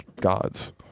gods